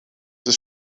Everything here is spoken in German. ist